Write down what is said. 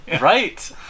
right